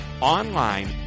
online